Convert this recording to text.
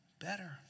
better